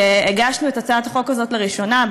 כשהגשנו את הצעת החוק הזו לראשונה,